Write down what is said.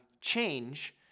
change